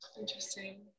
Interesting